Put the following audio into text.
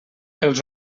els